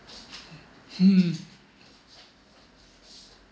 hmm